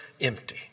empty